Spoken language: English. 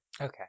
Okay